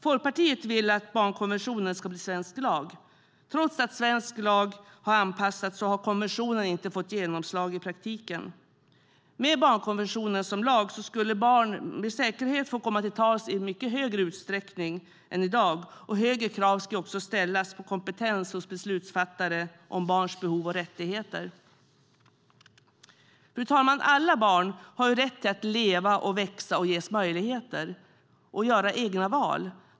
Folkpartiet vill att barnkonventionen ska bli svensk lag. Trots att det har skett anpassningar i svensk lag har konventionen inte fått genomslag i praktiken. Med barnkonventionen som lag skulle barn med säkerhet få komma till tals i mycket högre utsträckning än i dag. Högre krav ska också ställas på kompetens hos beslutsfattare om barns behov och rättigheter. Fru talman! Alla barn har rätt till att leva, växa och ges möjligheter till egna val.